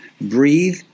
breathe